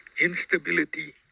instability